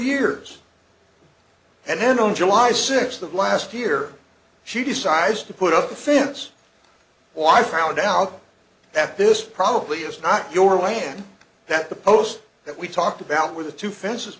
years and then on july sixth of last year she decides to put up a fence well i found out that this probably is not your land that the post that we talked about with the two fences